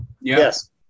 Yes